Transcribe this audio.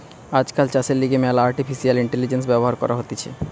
আজকাল চাষের লিগে ম্যালা আর্টিফিশিয়াল ইন্টেলিজেন্স ব্যবহার করা হতিছে